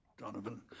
Donovan